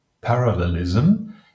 parallelism